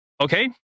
Okay